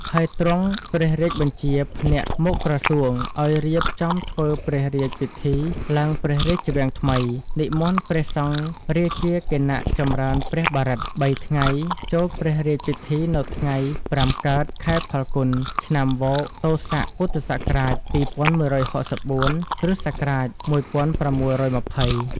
ហើយទ្រង់ព្រះរាជបញ្ជាភ្នាក់មុខក្រសួង ឲ្យរៀបចំធ្វើព្រះរាជពិធីឡើងព្រះរាជវាំងថ្មី និមន្តព្រះសង្ឃរាជាគណៈចម្រើនព្រះបរិត្ត ៣ ថ្ងៃចូលព្រះរាជពិធីនៅថ្ងៃ ៥ កើត ខែផល្គុន ឆ្នាំវកទោស័ក ពុទ្ធសករាជ ២១៦៤ គ្រិស្តសករាជ ១៦២០